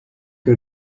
que